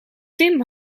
tim